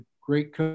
great